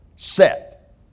Set